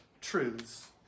truths